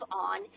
on